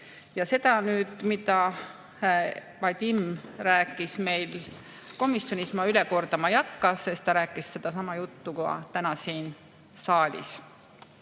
Seda, mida Vadim rääkis meil komisjonis, ma üle kordama ei hakka, sest ta rääkis sedasama juttu ka täna siin saalis.